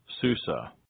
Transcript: Susa